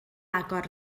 agor